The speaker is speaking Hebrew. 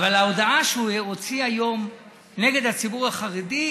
אבל בהודעה שהוא הוציא היום נגד הציבור החרדי,